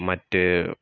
മറ്റ്